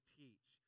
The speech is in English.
teach